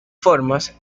formas